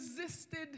resisted